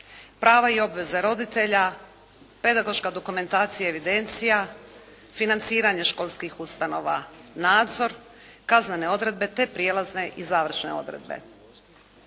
Prava i obveze roditelja, Pedagoška dokumentacija i evidencija, Financiranje školskih ustanoa, Nadzor, Kaznene odredbe te Prijelazne i završne odredbe.